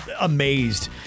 amazed